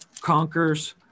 conquers